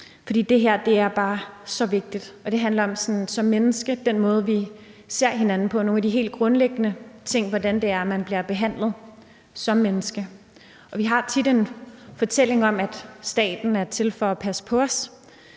det her er bare så vigtigt, og det handler om den måde, som vi som mennesker ser på hinanden på. Det er nogle af de helt grundlæggende ting, nemlig hvordan det er, man bliver behandlet som menneske. Vi har tit en fortælling om, at staten er til for at passe på os: